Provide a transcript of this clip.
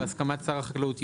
בהסכמת שר החקלאות,